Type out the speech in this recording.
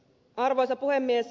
arvoisa puhemies